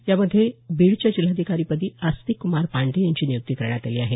यामध्ये यामध्ये बीडच्या जिल्हाधिकारीपदी आस्तीकक्मार पांडे यांची नियुक्ती करण्यात आली आहे